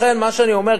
לכן מה שאני אומר,